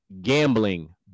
gambling